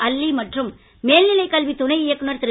அல்லி மற்றும் மேல்நிலைக் கல்வி துணை இயக்குனர் திரு